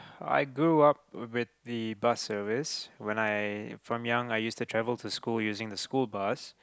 I grew up with the bus service when I from young I used to travel to school using the school bus